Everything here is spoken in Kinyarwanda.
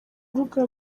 rubuga